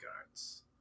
guards